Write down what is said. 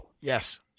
Yes